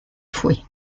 fouet